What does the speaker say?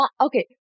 Okay